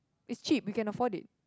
it's cheap you can afford it